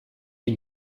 die